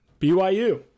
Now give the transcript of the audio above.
BYU